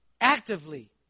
actively